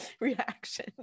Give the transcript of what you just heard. reaction